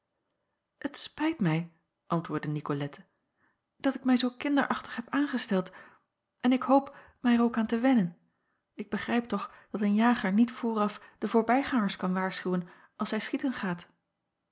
het spijt mij antwoordde nicolette dat ik mij zoo kinderachtig heb aangesteld en ik hoop mij er ook aan te wennen ik begrijp toch dat een jager niet vooraf de voorbijgangers kan waarschuwen als hij schieten gaat